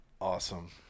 Awesome